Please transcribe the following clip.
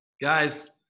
Guys